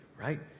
right